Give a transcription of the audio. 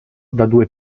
due